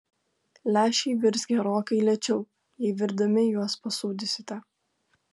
lęšiai virs gerokai lėčiau jei virdami juos pasūdysite